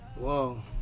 whoa